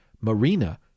Marina